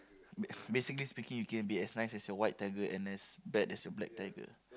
ba~ basically speaking it can be as nice as your white tiger and as bad as your black tiger